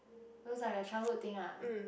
those are like the childhood thing ah